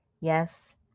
Yes